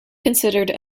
considered